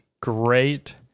great